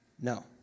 No